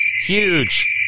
Huge